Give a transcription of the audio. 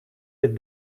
dit